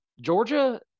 Georgia